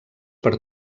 per